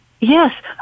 Yes